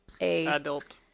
adult